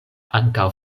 ankaŭ